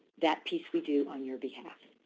that piece we do on your behalf.